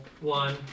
one